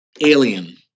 Alien